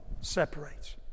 separates